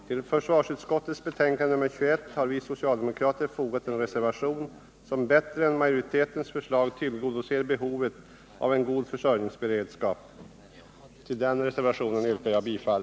Till försvarsutskottets betänkande nr 21 har vi socialdemokrater fogat en reservation, som bättre än majoritetens förslag tillgodoser behovet av en god försörjningsberedskap. Till den reservationen yrkar jag bifall.